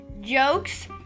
jokes